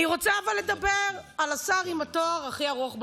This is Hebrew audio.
אבל אני רוצה לדבר על השר עם התואר הכי ארוך בממשלה,